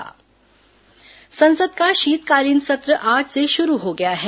संसद शीतकालीन सत्र संसद का शीतकालीन सत्र आज से शुरू हो गया है